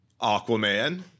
Aquaman